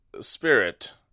spirit